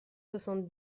soixante